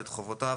את חובותיו,